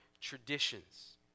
traditions